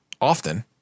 Often